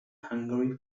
hungary